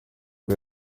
uko